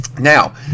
Now